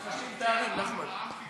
צריך להשלים פערים, נחמן.